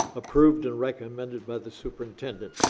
approved and recommended by the superintendent.